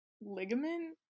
ligament